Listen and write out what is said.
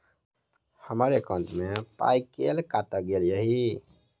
हम्मर एकॉउन्ट मे पाई केल काटल गेल एहि